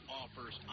offers